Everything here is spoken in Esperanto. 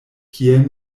kiel